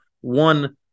one